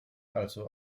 also